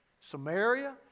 Samaria